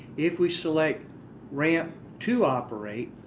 if we select ramp to operate,